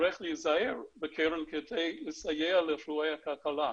נצטרך להיזהר בקרן כדי לסייע ל --- הכלכלה.